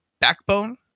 backbone